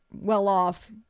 well-off